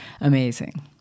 amazing